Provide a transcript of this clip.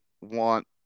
want